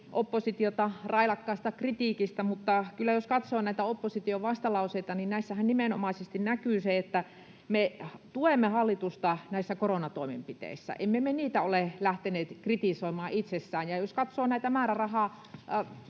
oppositiota railakkaasta kritiikistä, mutta kyllä jos katsoo näitä opposition vastalauseita, niin näissähän nimenomaisesti näkyy, että me tuemme hallitusta näissä koronatoimenpiteissä. Emme me niitä ole lähteneet kritisoimaan itsessään. Ja jos katsoo näitä määrärahakohtia,